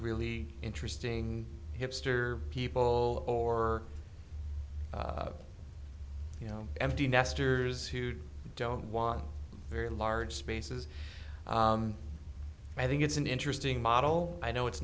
really interesting hipster people or you know empty nesters who don't want very large spaces i think it's an interesting model i know it's